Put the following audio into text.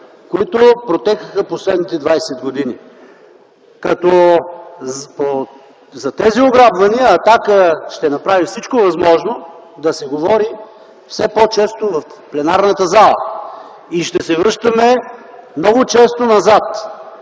които протекоха последните двадесет години. За тези ограбвания „Атака” ще направи всичко възможно да се говори все по-често в пленарната зала и ще се връщаме много често назад.